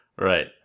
Right